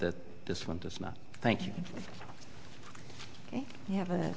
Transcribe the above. that this one does not thank you yeah